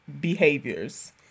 behaviors